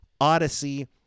Odyssey